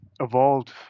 evolved